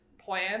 plan